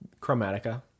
Chromatica